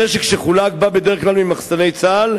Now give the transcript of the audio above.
הנשק שחולק בא בדרך כלל ממחסני צה"ל,